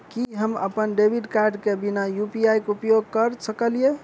की हम अप्पन debit card केँ बिना यु.पी.आई केँ उपयोग करऽ सकलिये?